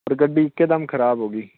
ਪਰ ਗੱਡੀ ਇੱਕਦਮ ਖ਼ਰਾਬ ਹੋ ਗਈ